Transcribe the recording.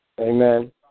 Amen